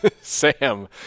Sam